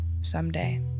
someday